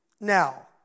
Now